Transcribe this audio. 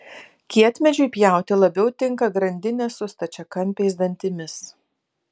kietmedžiui pjauti labiau tinka grandinė su stačiakampiais dantimis